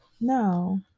No